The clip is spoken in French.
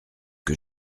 que